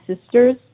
sisters